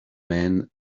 man